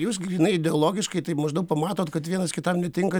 jūs grynai ideologiškai tai maždaug pamatot kad vienas kitam netinkat